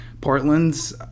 Portland's